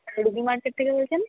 Ruby market থেকে বলছেন